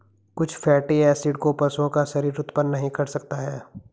कुछ fatty acid को पशुओं का शरीर उत्पन्न नहीं कर सकता है